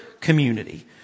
community